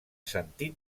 sentit